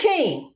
King